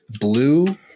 blue